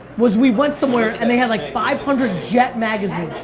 was we went somewhere, and they had like five hundred jet magazines.